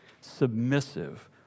submissive